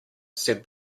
said